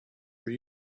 were